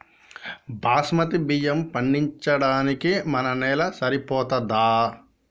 బాస్మతి బియ్యం పండించడానికి మన నేల సరిపోతదా?